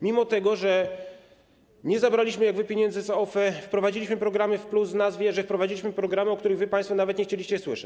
Mimo że nie zabraliśmy jak wy pieniędzy z OFE, wprowadziliśmy programy z plusem w nazwie, że wprowadziliśmy programy, o których wy państwo nawet nie chcieliście słyszeć.